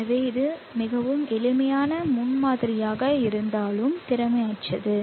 எனவே இது மிகவும் எளிமையான முன்மாதிரியாக இருந்தாலும் திறமையற்றது